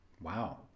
Wow